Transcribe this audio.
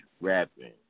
rapping